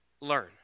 Learn